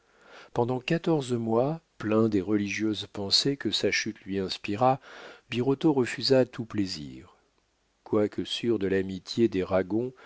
pendant quatorze mois plein des religieuses pensées que sa chute lui inspira birotteau refusa tout plaisir quoique sûr de l'amitié des ragon